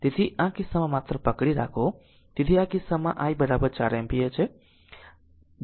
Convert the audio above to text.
તેથી આ કિસ્સામાં માત્ર પકડી રાખો તેથી આ કિસ્સામાં આ i 4 એમ્પીયર છે